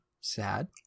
sad